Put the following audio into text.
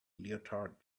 leotard